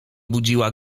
budziła